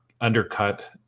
undercut